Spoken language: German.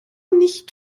nicht